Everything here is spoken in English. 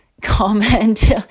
comment